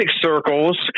circles